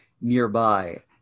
nearby